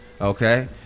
okay